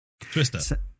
Twister